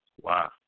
wow